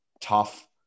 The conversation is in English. tough